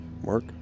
Mark